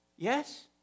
Yes